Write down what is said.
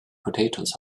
potatoes